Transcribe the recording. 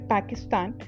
Pakistan